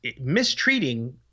mistreating